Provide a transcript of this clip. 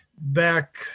back